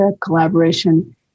collaboration